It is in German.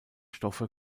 stoffe